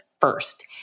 first